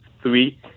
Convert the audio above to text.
Three